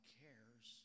cares